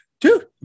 dude